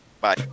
Bye